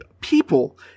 people